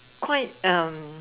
quite um